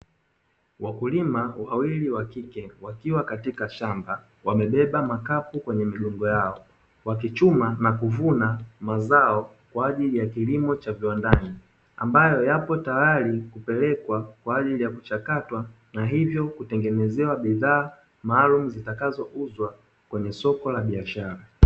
Wakulima wawili wa kike, wakiwa katika shamba, wamebeba makapu kwenye migongo yao, wakichuma na kuvuna mazao kwa ajili ya kilimo cha viwandani, ambayo yapo tayari kupelekwa kwa ajili ya kuchakatwa na hivyo kutengenezewa bidhaa maalumu, zitakazouzwa kwenye soko la biashara.